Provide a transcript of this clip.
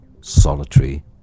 solitary